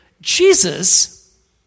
Jesus